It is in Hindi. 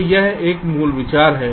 तो यह मूल विचार है